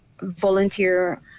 volunteer